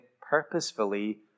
purposefully